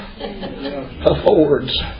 affords